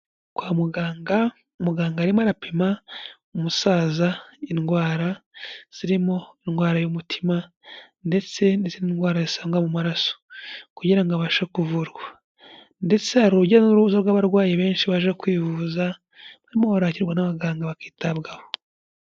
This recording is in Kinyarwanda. Kwa muganga, muganga arimo arapima umusaza indwara zirimo indwara y'umutima ndetse n'izindi ndwara yasanga mu maraso kugira ngo abashe kuvurwa ndetse hari urujya n'uruza rw'abarwayi benshi baje kwivuza, barimo barakirwa n'abaganga bakitabwaho.